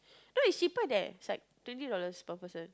no it's cheaper there like twenty dollars per person